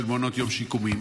של מעונות יום שיקומיים,